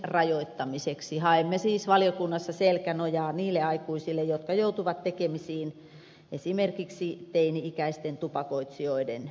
haemme siis valiokunnassa selkänojaa niille aikuisille jotka joutuvat tekemisiin esimerkiksi teini ikäisten tupakoitsijoiden kanssa